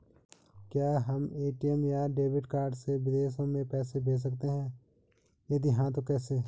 क्या हम ए.टी.एम या डेबिट कार्ड से विदेशों में पैसे भेज सकते हैं यदि हाँ तो कैसे?